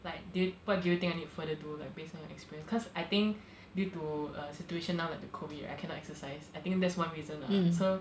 like do you what do you think I need to further do like based on your experience cause I think due to the situation now like the COVID right I cannot exercise I think that's one reason so